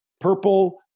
purple